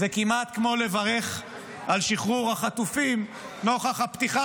זה כמעט כמו לברך על שחרור החטופים נוכח הפתיחה